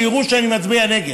שיראו שאני מצביע נגד.